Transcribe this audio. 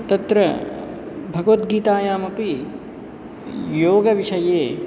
तत्र भगवद्गीतायामपि योगविषये